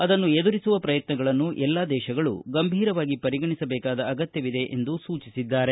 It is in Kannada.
ಅದನ್ನು ಎದುರಿಸುವ ಪ್ರಯತ್ನಗಳನ್ನು ಎಲ್ಲಾ ದೇಶಗಳು ಗಂಭೀರವಾಗಿ ಪರಿಗಣಿಸಬೇಕಾದ ಅಗತ್ಯವಿದೆ ಎಂದು ಸೂಚಿಸಿದ್ದಾರೆ